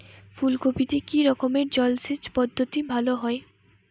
ফুলকপিতে কি রকমের জলসেচ পদ্ধতি ভালো হয়?